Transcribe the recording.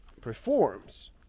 performs